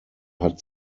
hat